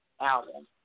album